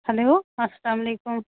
hello اسلام علیکُم